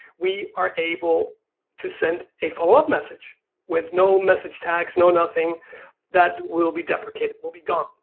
we are able to send a follow-up message with no message tags no nothing that will be deprecated, will be gone.